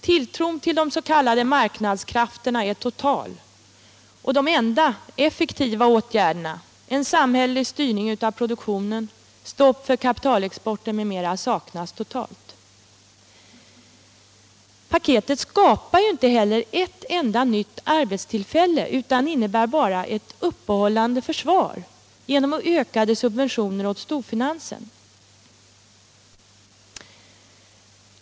Tilltron till de s.k. marknadskrafterna är total, och de enda effektiva åtgärderna — en samhällelig styrning av produktionen, stopp för kapitalexport m.m. — saknas helt. Paketet skapar inte heller ett enda nytt arbetstillfälle, utan innebär ett uppehållande försvar genom ökade subventioner åt storfinansen.